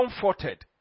comforted